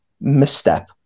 misstep